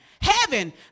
Heaven